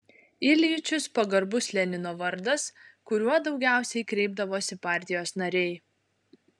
iljičius pagarbus lenino vardas kuriuo daugiausiai kreipdavosi partijos nariai